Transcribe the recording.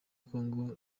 congo